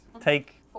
Take